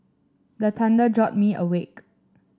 the thunder jolt me awake